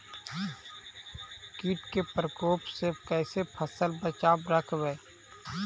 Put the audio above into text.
कीट के परकोप से कैसे फसल बचाब रखबय?